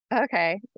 Okay